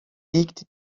liegt